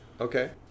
Okay